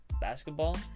basketball